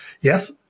yes